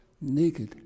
naked